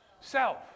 Self